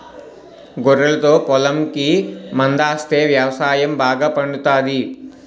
గొర్రెలతో పొలంకి మందాస్తే వ్యవసాయం బాగా పండుతాది